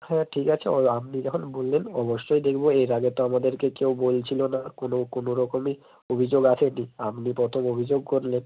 হ্যাঁ ঠিক আছে ওই আপনি যখন বললেন অবশ্যই দেখবো এর আগে তো আমাদেরকে কেউ বলছিলো না কোনো কোনো রকমই অভিযোগ আসেনি আপনি প্রথম অভিযোগ করলেন